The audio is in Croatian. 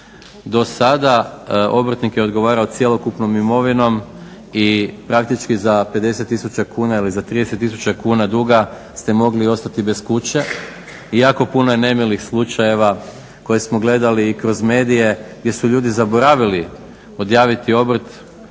do sada obrtnik je odgovarao cjelokupnom imovinom i praktički za 50 tisuća kuna ili za 30 tisuća kuna duga ste mogli ostati bez kuće. I jako puno je nemilih slučajeva koje smo gledali i kroz medije gdje su ljudi zaboravili odjaviti obrt,